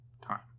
time